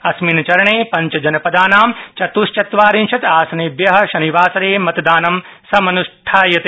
अस्मिन् चरणे पंचजनपदानां चतुश्चत्वारिंशत्र आसनेभ्य शनिवारे मतदानं समन्ष्ठास्यते